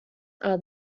are